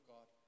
God